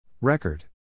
Record